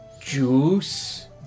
Juice